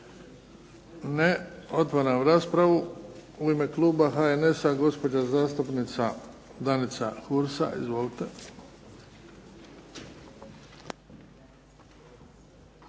Ne. Otvaram raspravu. U ime kluba HNS-a, gospođa zastupnica Danica Hursa. Izvolite.